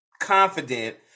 confident